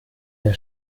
der